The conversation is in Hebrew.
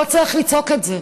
לא צריך לצעוק את זה.